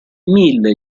mille